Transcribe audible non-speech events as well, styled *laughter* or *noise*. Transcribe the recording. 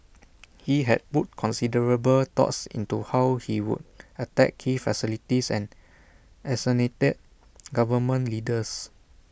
*noise* he had put considerable thoughts into how he would attack key facilities and assassinate government leaders